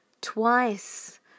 twice